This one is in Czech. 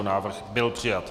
Návrh byl přijat.